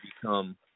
become